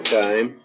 time